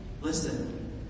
Listen